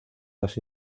las